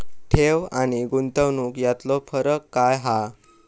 ठेव आनी गुंतवणूक यातलो फरक काय हा?